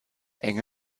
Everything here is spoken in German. enge